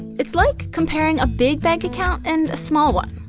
it's like comparing a big bank account and a small one.